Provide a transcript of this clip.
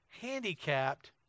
handicapped